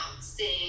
sing